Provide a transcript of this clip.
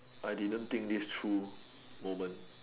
I didn't think through moment